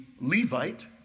Levite